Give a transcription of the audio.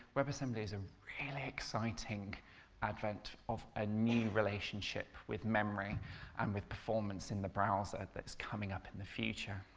webassembly is a really exciting advent of a new relationship with memory and with performance in the browser that's coming up in the future.